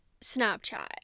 Snapchat